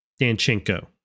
Danchenko